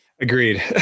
Agreed